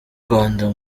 rwanda